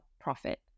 profit